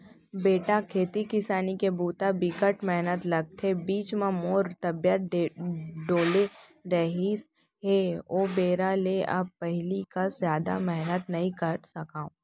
बेटा खेती किसानी के बूता बिकट मेहनत लागथे, बीच म मोर तबियत डोले रहिस हे ओ बेरा ले अब पहिली कस जादा मेहनत नइ करे सकव